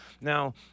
Now